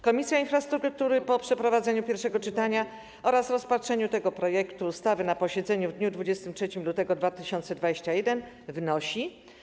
Komisja Infrastruktury po przeprowadzeniu pierwszego czytania oraz rozpatrzeniu tego projektu ustawy na posiedzeniu w dniu 23 lutego 2021 r. wnosi: